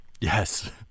Yes